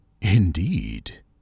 Indeed